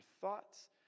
thoughts